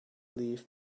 leave